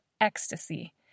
ecstasy